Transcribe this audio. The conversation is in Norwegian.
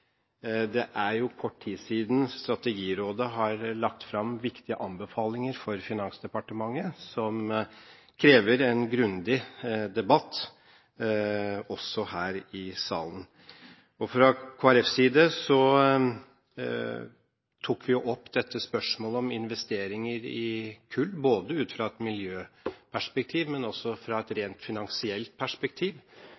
det er kort tid siden Strategirådet la fram viktige anbefalinger for Finansdepartementet som krever en grundig debatt også her i salen. Fra Kristelig Folkepartis side tok vi opp dette spørsmålet om investeringer i kull ut fra et miljøperspektiv, men også ut fra et